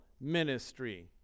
ministry